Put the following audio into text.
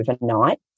overnight